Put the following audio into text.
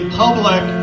public